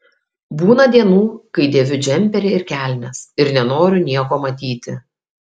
būna dienų kai dėviu džemperį ir kelnes ir nenoriu nieko matyti